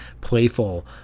playful